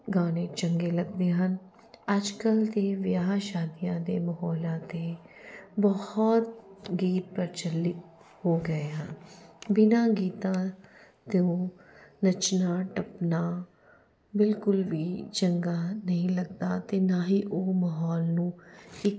ਗਾਣੇ ਚੰਗੇ ਲੱਗਦੇ ਹਨ ਅੱਜ ਕੱਲ੍ਹ ਤਾਂ ਵਿਆਹ ਸ਼ਾਦੀਆਂ ਦੇ ਮਾਹੌਲਾਂ 'ਤੇ ਬਹੁਤ ਗੀਤ ਪ੍ਰਚੱਲਿਤ ਹੋ ਗਏ ਹਨ ਬਿਨਾਂ ਗੀਤਾਂ ਤੋਂ ਨੱਚਣਾ ਟੱਪਣਾ ਬਿਲਕੁਲ ਵੀ ਚੰਗਾ ਨਹੀਂ ਲੱਗਦਾ ਅਤੇ ਨਾ ਹੀ ਉਹ ਮਾਹੌਲ ਨੂੰ ਇੱਕ